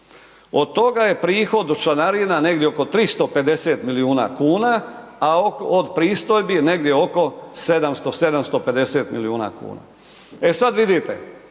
od toga je prihod od članarina negdje oko 350 milijuna kuna, a od pristojbi negdje oko 700, 750 milijuna kuna. E sad vidite,